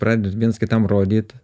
praded viens kitam rodyt